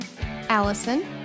Allison